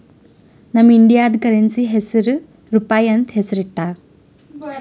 ನಮ್ ಇಂಡಿಯಾದು ಕರೆನ್ಸಿ ಹೆಸುರ್ ರೂಪಾಯಿ ಅಂತ್ ಹೆಸುರ್ ಇಟ್ಟಾರ್